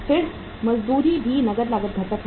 फिर मजदूरी भी नकद लागत घटक है